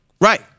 Right